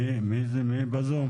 מי בזום?